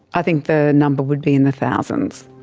i think the number would be in the thousands.